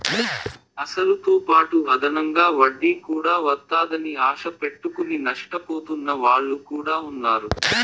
అసలుతోపాటు అదనంగా వడ్డీ కూడా వత్తాదని ఆశ పెట్టుకుని నష్టపోతున్న వాళ్ళు కూడా ఉన్నారు